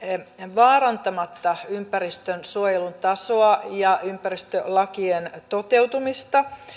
vaarantamatta ympäristönsuojelun tasoa ja ympäristölakien toteutumista